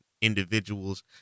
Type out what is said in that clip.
individuals